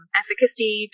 efficacy